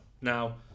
now